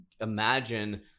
imagine